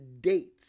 dates